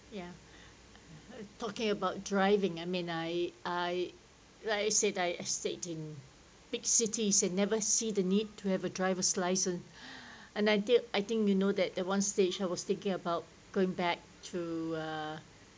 yeah talking about driving I mean I I like I said I stayed in big cities I never see the need to have a driver's license and I did I think you know that at one stage I was thinking about going back to uh